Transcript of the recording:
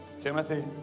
Timothy